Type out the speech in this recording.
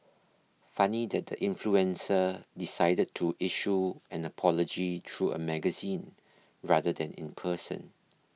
funny that the influencer decided to issue an apology through a magazine rather than in person